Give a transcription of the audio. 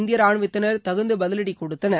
இந்திய ராணுவத்தினர் இதற்கு தகுந்த பதிவடி கொடுத்தனர்